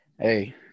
Hey